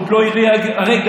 עוד לא הגיע הרגע.